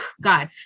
God